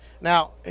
now